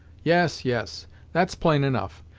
yes yes that's plain enough.